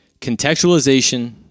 Contextualization